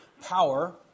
power